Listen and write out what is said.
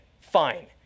Fine